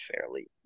fairly